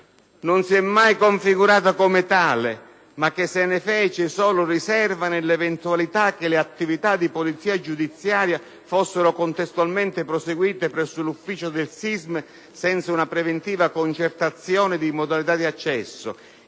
non si è mai configurata come tale, ma che se ne fece solo riserva nell'eventualità che le attività di polizia giudiziaria fossero contestualmente proseguite presso l'ufficio del SISMI senza una preventiva concertazione di modalità di accesso